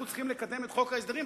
אנחנו צריכים לקדם את חוק ההסדרים.